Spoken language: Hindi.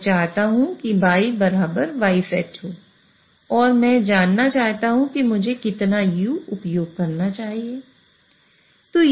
मैं चाहता हूं कि y yसेट हो और मैं जानना चाहता हूं कि मुझे कितना u उपयोग करना चाहिए